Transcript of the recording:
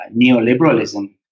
neoliberalism